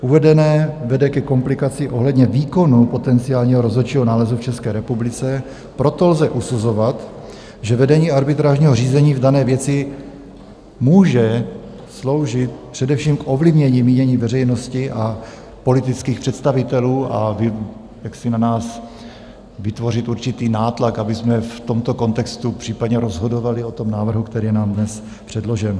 Uvedené vede ke komplikaci ohledně výkonu potenciálního rozhodčího nálezu v České republice, proto lze posuzovat, že vedení arbitrážního řízení v dané věci může sloužit především k ovlivnění mínění veřejnosti a politických představitelů a jaksi na nás vytvořit určitý nátlak, abychom v tomto kontextu případně rozhodovali o tom návrhu, který je nám dnes předložen.